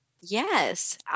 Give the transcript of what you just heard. Yes